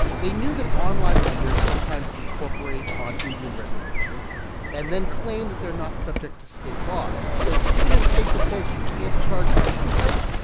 they knew that online lenders sometimes incorporate on indian reservations and then claim that they're not subject to state laws. so even in a state that says you can't charge high interest rates,